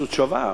עשו צבא,